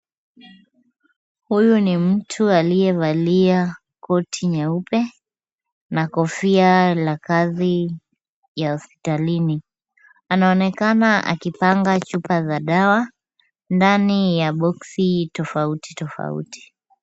Huyu ni mtu aliyevalia koti nyeupe na kofia la kazi ya hospitalini. Anaonekana akipanga chupa za dawa ndani ya boxi tofauti tofauti.